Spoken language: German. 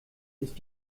ist